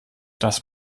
das